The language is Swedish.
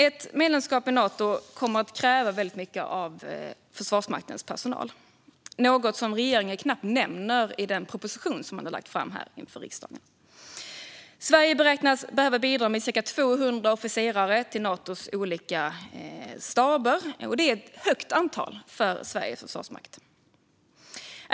Ett medlemskap i Nato kommer att kräva mycket av Försvarsmaktens personal, något som regeringen knappt nämner i sin proposition. Sverige beräknas behöva bidra med cirka 200 officerare till Natos olika staber, vilket är ett stort antal.